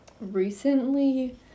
recently